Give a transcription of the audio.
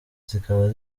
zikaba